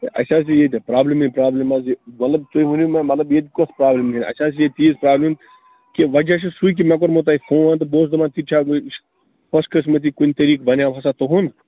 ہَے اَسہِ حظ چھِ ییٚتہِ پرٛابلِمے پرٛابلِم حظ یہِ مطلب تُہۍ ؤنِو مےٚ مطلب ییٚتہِ کۄس پرٛابلمِ گٔے اَسہِ حظ چھِ ییٚتہِ تیٖژ پرٛابلِم کہِ وجہ چھُ سُے کہِ مےٚ کوٚرمو تۅہہِ فون تہٕ بہٕ اوسُس دَپان تہِ چھا خۄش قٕسمٔتی کُنہِ طریٖق بنیٛاو ہَسا تُہُنٛد